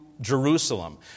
Jerusalem